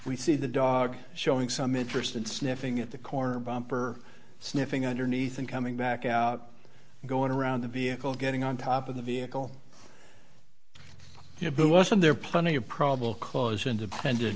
we see the dog showing some interest in sniffing at the corner bumper sniffing underneath and coming back out going around the vehicle getting on top of the vehicle you know but wasn't there plenty of probable cause independent